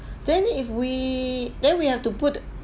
then if we then we have to put